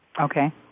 Okay